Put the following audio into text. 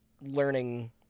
learning